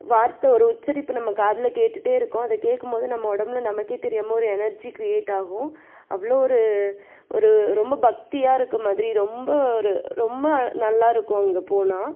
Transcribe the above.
வார்த்தை ஒரு உச்சரிப்பு நம்ம காதில் கேட்டுகிட்டே இருக்கும் அதை கேட்கும்போது நம்ம ஒடம்பில் நமக்கே தெரியாமல் ஒரு எனர்ஜி கிரியேட் ஆகும் அவ்வளோ ஒரு ஒரு ரொம்ப பக்தியாக இருக்கமாதிரி ரொம்ப ஒரு ரொம்ப நல்லா இருக்கும் அங்கே போனால்